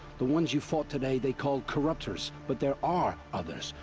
the ones you fought today they call corruptors. but there are others.